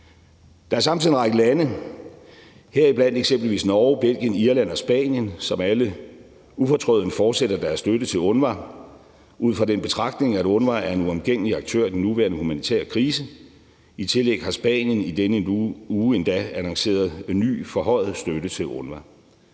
Der er samtidig en række lande, heriblandt eksempelvis Norge, Belgien, Irland og Spanien, som alle ufortrødent fortsætter deres støtte til UNRWA ud fra den betragtning, at UNRWA er en uomgængelig aktør i den nuværende humanitære krise. I tillæg har Spanien i denne uge endda annonceret ny forhøjet støtte til UNRWA.